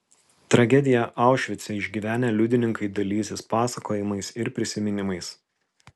tragediją aušvice išgyvenę liudininkai dalysis pasakojimais ir prisiminimais